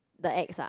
the ex ah